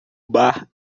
bar